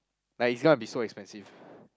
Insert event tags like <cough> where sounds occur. like it's gonna be so expensive <noise>